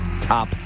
top